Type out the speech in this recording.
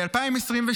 אבל ב-2022,